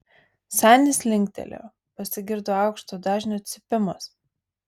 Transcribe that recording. senis linktelėjo pasigirdo aukšto dažnio cypimas